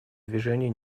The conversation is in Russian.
движения